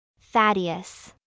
Thaddeus